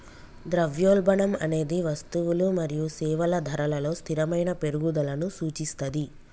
ద్రవ్యోల్బణం అనేది వస్తువులు మరియు సేవల ధరలలో స్థిరమైన పెరుగుదలను సూచిస్తది